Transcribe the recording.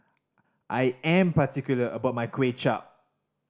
I am particular about my Kuay Chap